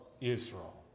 Israel